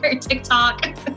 TikTok